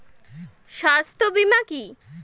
স্বাস্থ্য বীমা কি?